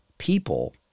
people